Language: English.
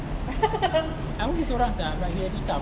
aku pergi sorang sia baju yang hitam